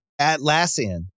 Atlassian